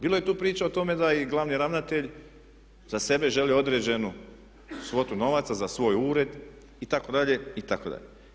Bilo je tu priča o tome da i glavni ravnatelj za sebe želi određenu svotu novaca za svoj ured itd., itd.